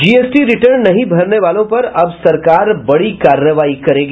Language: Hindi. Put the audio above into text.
जीएसटी रिटर्न नहीं भरने वालों पर अब सरकार बड़ी कार्रवाई करेगी